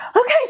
okay